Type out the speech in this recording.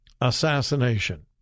assassination